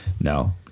No